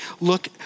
look